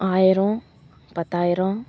ஆயிரம் பத்தாயிரம்